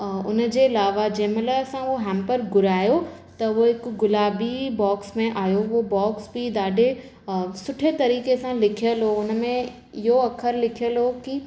हुनजे अलावा जंहिं महिल असां उहा हेम्पर घुरायो त उहे गुलाबी बॉक्स में आहियो उहो बॉक्स बि ॾाढे सुठे तरीक़े सां लिखियल हुओ हुन में इहो अख़र लिखियल हुओ कि